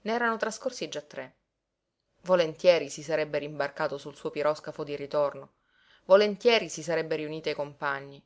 ne erano trascorsi già tre volentieri si sarebbe rimbarcato sul suo piroscafo di ritorno volentieri si sarebbe riunito ai compagni